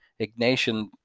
ignatian